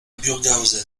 burghausen